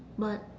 but